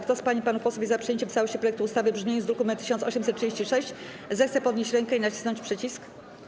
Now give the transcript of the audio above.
Kto z pań i panów posłów jest za przyjęciem w całości projektu ustawy w brzmieniu z druku nr 1836, zechce podnieść rękę i nacisnąć przycisk.